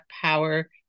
power